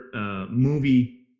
movie